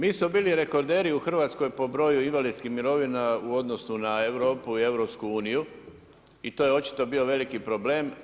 Mi smo bili rekorderi u Hrvatskoj po broju invalidskih mirovina u odnosu na Europu i Europsku uniju, i to je očito bio veliki problem.